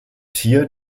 tier